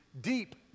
deep